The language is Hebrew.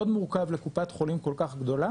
מאוד מורכב לקופת חולים כל כך גדולה